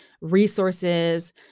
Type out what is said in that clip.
resources